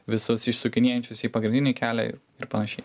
visus išsukinėjančius į pagrindinį kelią ir panašiai